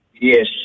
Yes